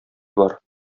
бар